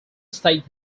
state